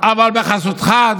אבל בחסותך הוא,